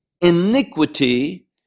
iniquity